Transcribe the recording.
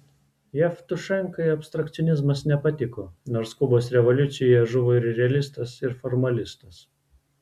jevtušenkai abstrakcionizmas nepatiko nors kubos revoliucijoje žuvo ir realistas ir formalistas